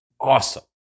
awesome